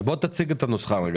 תציג את הנוסחה.